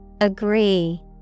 Agree